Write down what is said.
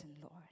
Lord